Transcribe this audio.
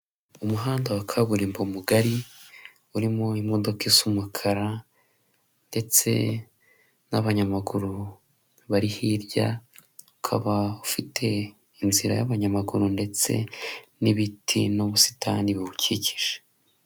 Umuhanda wa kaburimbo mugari urimo imodokasa umukara ndetse n'abanyamaguru bari hirya, ukabafite inzira y'abanyamaguru ndetse n'ibiti n'ubusitani buwukikije.